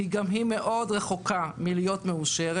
גם היא רחוקה מאוד מלהיות מאושרת,